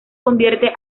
convierte